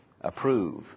approve